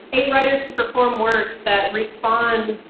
eight writers to perform works that respond